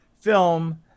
film